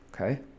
Okay